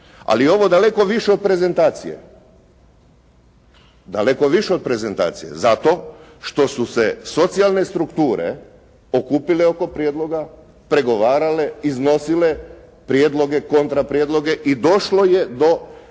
prezentacije, daleko više od prezentacije. Zato što su se socijalne strukture okupile oko prijedloga, pregovarale, iznosile prijedloge, kontraprijedloge i došlo je do